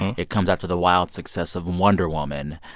and it comes after the wild success of wonder woman.